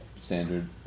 standard